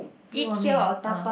you or me ah